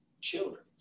children